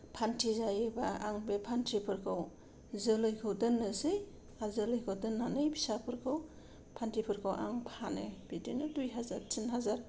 फान्थि जायोबा आं बे फान्थिफोरखौ जोलैखौ दोननोसै आरो जोलैखौ दोननानै फिसाफोरखौ फान्थिफोरखौ आं फानो बिदिनो दुइ हाजार थिन हाजार